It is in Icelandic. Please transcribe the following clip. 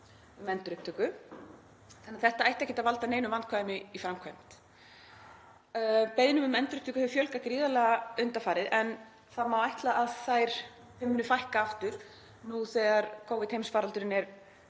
um endurupptöku, þannig að þetta ætti ekki að valda neinum vandkvæðum í framkvæmd. Beiðnum um endurupptöku hefur fjölgað gríðarlega undanfarið en það má ætla að þeim muni fækka aftur nú þegar Covid-heimsfaraldurinn er